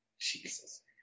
Jesus